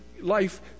life